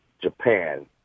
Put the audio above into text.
Japan